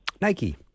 Nike